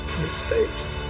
mistakes